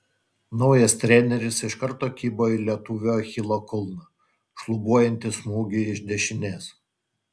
naujas treneris iš karto kibo į lietuvio achilo kulną šlubuojantį smūgį iš dešinės